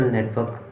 Network